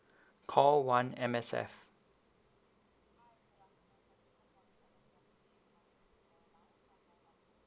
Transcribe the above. call one M_S_F